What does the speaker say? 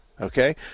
Okay